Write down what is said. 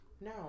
No